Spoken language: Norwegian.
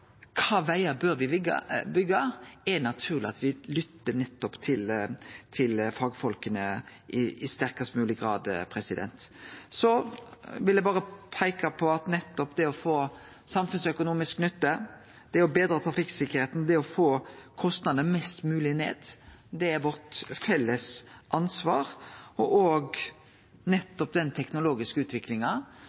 naturleg at me lyttar til fagfolka i størst mogleg grad. Så vil eg berre peike på at det å få samfunnsøkonomisk nytte, betre trafikktryggleiken og få kostnadane mest mogleg ned er vårt felles ansvar. Me må ta inn over oss den teknologiske utviklinga